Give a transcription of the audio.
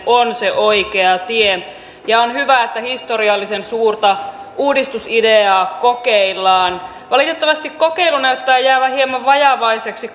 on se oikea tie ja on hyvä että historiallisen suurta uudistusideaa kokeillaan valitettavasti kokeilu näyttää jäävän hieman vajavaiseksi